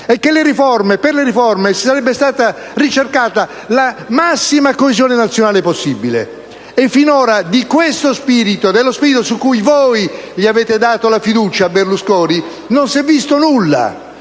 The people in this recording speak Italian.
e che per le riforme sarebbe stata ricercata la massima coesione nazionale possibile. Finora, però, di questo spirito, sul quale voi avete concesso la fiducia a Berlusconi, non si è visto nulla!